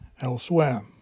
elsewhere